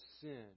sin